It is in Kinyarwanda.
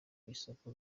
isoko